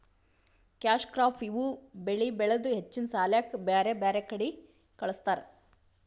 cash crop ಇವ್ ಬೆಳಿ ಬೆಳದು ಹೆಚ್ಚಿನ್ ಸಾಲ್ಯಾಕ್ ಬ್ಯಾರ್ ಬ್ಯಾರೆ ಕಡಿ ಕಳಸ್ತಾರ್